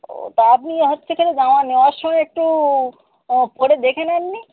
ও তা আপনি হচ্ছে কেরে জামা নেওয়ার সময় একটু পরে দেখে নেন নি